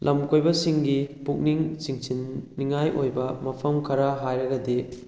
ꯂꯝꯀꯣꯏꯕꯁꯤꯡꯒꯤ ꯄꯨꯛꯅꯤꯡ ꯆꯤꯡꯁꯤꯟꯅꯤꯉꯥꯏ ꯑꯣꯏꯕ ꯃꯐꯝ ꯈꯔ ꯍꯥꯏꯔꯒꯗꯤ